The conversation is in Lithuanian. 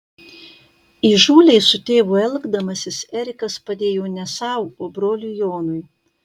įžūliai su tėvu elgdamasis erikas padėjo ne sau o broliui jonui